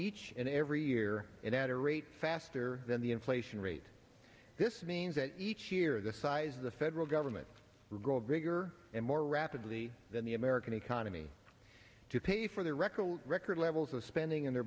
each and every year and at a rate faster than the inflation rate this means that each year the size of the federal government would grow bigger and more rapidly than the american economy to pay for the record record levels of spending in their